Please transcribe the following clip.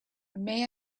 may